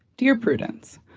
dear prudence.